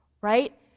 right